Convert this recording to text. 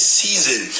season